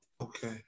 Okay